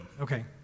Okay